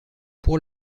pour